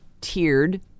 tiered